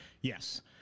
Yes